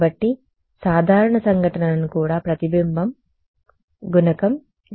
కాబట్టి సాధారణ సంఘటనలకు కూడా ప్రతిబింబ గుణకం n 1